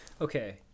okay